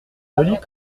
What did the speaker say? jolie